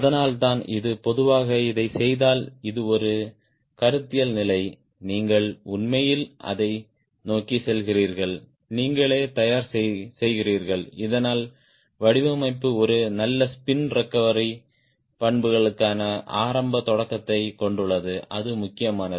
அதனால்தான் இது பொதுவாக இதைச் செய்தால் இது ஒரு கருத்தியல் நிலை நீங்கள் உண்மையில் அதை நோக்கிச் செல்கிறீர்கள் நீங்களே தயார் செய்கிறீர்கள் இதனால் வடிவமைப்பு ஒரு நல்ல ஸ்பின் ரெகவரி பண்புகளுக்கான ஆரம்ப தொடக்கத்தைக் கொண்டுள்ளது அது முக்கியமானது